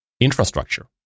infrastructure